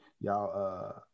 y'all